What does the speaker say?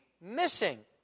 missing